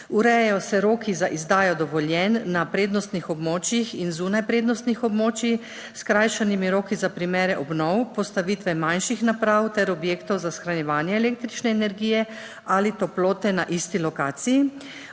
urejajo se roki za izdajo dovoljenj na prednostnih območjih in zunaj prednostnih območij s skrajšanimi roki za primere obnov, postavitve manjših naprav ter objektov za shranjevanje električne energije ali toplote na isti lokaciji,